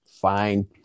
fine